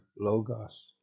logos